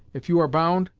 if you are bound,